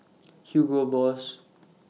Hugo Boss